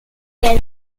end